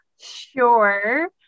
Sure